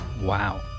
Wow